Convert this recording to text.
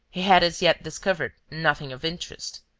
he had as yet discovered nothing of interest.